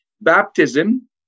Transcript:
baptism